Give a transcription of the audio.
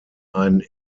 ein